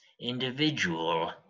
individual